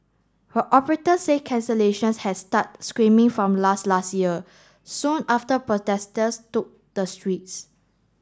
but operators said cancellations had started screaming from last last year soon after protesters took the streets